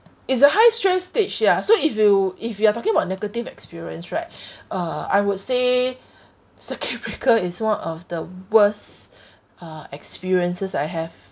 it's a high stress stage yeah so if you if you are talking about negative experience right uh I would say circuit breaker is one of the worst uh experiences I have